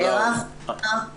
הערה אחרונה,